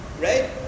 right